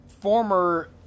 former